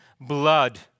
blood